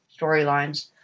storylines